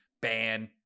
Ban